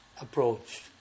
approach